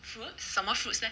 什么 fruits leh